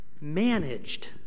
managed